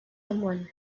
someone